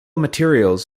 materials